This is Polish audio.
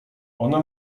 ona